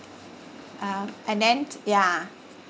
uh and then ya